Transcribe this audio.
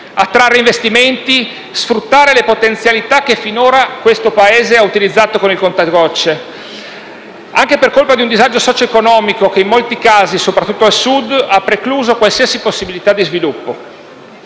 attrarre investimenti, sfruttare le potenzialità che finora questo Paese ha utilizzato con il contagocce, anche per colpa di un disagio socio-economico che in molti casi, soprattutto al Sud, ha precluso qualsiasi possibilità di sviluppo.